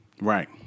Right